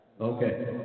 Okay